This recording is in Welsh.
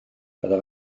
byddaf